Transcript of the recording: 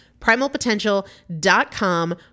Primalpotential.com